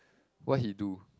what he do